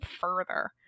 further